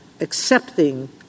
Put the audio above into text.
accepting